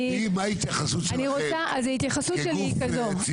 תגידו ההתייחסות שלכם כגוף ציבורי?